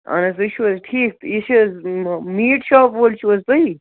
اَہن حظ تُہۍ چھُو حظ ٹھیٖک یہِ چھِ حظ میٖٹ شاپ وٲلۍ چھُو حظ تُہی